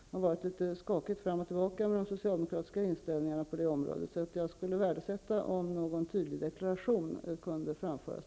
Det har varit litet skakigt fram och tillbaka med de socialdemokratiska intällningarna på detta område. Jag skulle därför värdesätta om en tydlig deklaration nu kunde framföras.